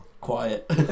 Quiet